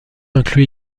inclus